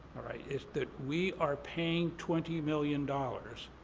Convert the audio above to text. is that we are paying twenty million dollars